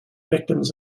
victims